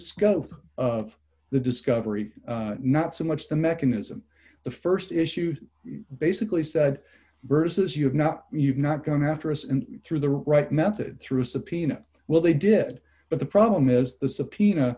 scope of the discovery not so much the mechanism the st issue basically said versus you have not you've not come after us and through the right method through subpoena well they did but the problem is the subpoena